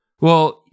Well-